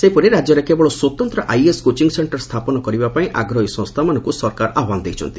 ସେହିପରି ରାକ୍ୟରେ କେବଳ ସ୍ୱତନ୍ତ ଆଇଏଏସ୍ କୋଚିଂ ସେକ୍କର ସ୍ରାପନ କରିବାପାଇଁ ଆଗ୍ରହୀ ସଂସ୍ଚାମାନଙ୍କୁ ସରକାର ଆହ୍ୱାନ ଦେଇଛନ୍ତି